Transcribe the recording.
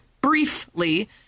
briefly